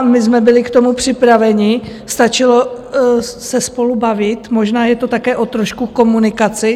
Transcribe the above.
My jsme byli k tomu připraveni, stačilo se spolu bavit, možná je to také trošku o komunikaci.